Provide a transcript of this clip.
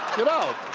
get out.